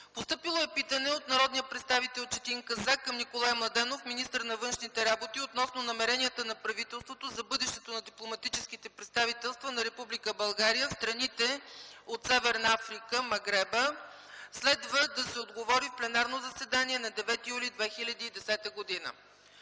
Постъпило е питане от народния представител Четин Казак към Николай Младенов – министър на външните работи, относно намеренията на правителството за бъдещето на дипломатическите представителства на Република България в страните от Северна Африка, Магреба. Следва да се отговори в пленарното заседание на 9 юли 2010 г.